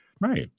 Right